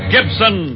Gibson